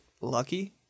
lucky